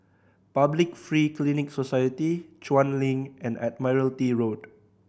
Public Free Clinic Society Chuan Link and Admiralty Road